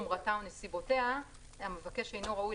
חומרתה או נסיבותיה המבקש אינו ראוי,